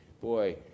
boy